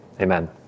Amen